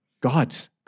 God's